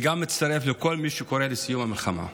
אני גם מצטרף לכל מי שקורא לסיום המלחמה.